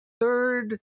third